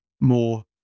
more